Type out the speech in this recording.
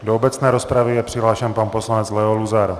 Do obecné rozpravy je přihlášen pan poslanec Leo Luzar.